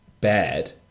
bad